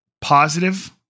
positive